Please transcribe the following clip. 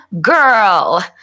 girl